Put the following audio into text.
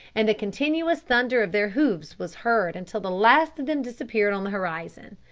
and the continuous thunder of their hoofs was heard until the last of them disappeared on the horizon.